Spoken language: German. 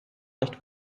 nicht